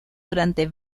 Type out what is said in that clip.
durante